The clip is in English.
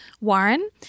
Warren